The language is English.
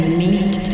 meet